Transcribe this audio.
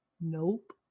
Nope